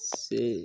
से